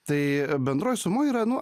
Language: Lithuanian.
tai bendroj sumoj yra nu